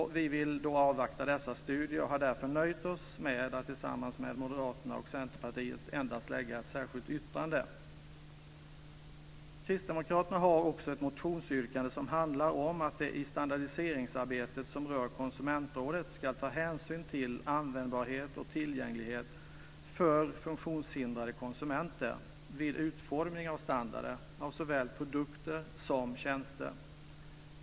Vi vill avvakta dessa studier och har därför nöjt oss med att tillsammans med Moderaterna och Centerpartiet endast lägga fram ett särskilt yttrande. Kristdemokraterna har också ett motionsyrkande som handlar om att det i det standardiseringsarbete som rör konsumentområdet ska tas hänsyn till användbarhet och tillgänglighet för funktionshindrade konsumenter vid utformning av standarder för såväl produkter som tjänster.